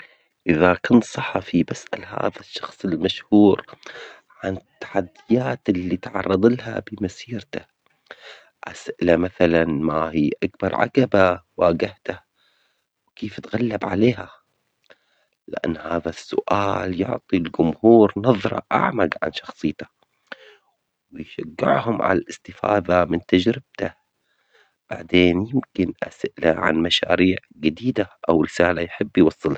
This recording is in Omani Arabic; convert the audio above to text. إذا كنت صحفي بسأل هذا الشخص المشهور عن التحديات التي تعرض لها بمسيرته، أسئلة مثلاً: ما هي أكبر عجبة واجهتها وكيف تغلب عليها؟ لأن هذا السؤال يعطي الجمهورنظرة أعمج عن شخصيتك ويشجعهم على الاستفادة من تجربته، بعدين يمكن أسأله عن مشاريع جديدة أو رسالة يحب يوصلها.